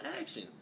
action